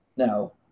Now